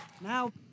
now